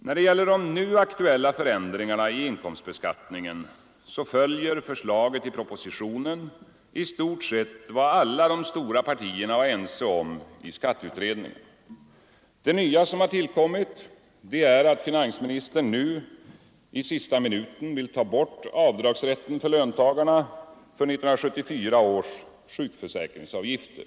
När det gäller de nu aktuella förändringarna i inkomstbeskattningen följer förslaget i propositionen i stort sett vad alla de stora partierna var ense om i skatteutredningen. Det nya som tillkommit är att finansministern nu i sista minuten vill ta bort avdragsrätten för löntagare för 1974 års sjukförsäkringsavgifter.